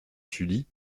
sully